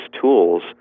tools